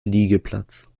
liegeplatz